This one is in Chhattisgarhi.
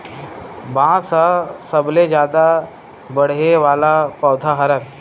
बांस ह सबले जादा बाड़हे वाला पउधा हरय